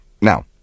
Now